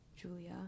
Julia